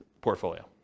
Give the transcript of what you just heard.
portfolio